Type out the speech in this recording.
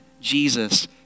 Jesus